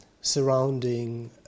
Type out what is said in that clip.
surrounding